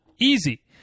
Easy